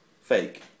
fake